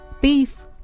beef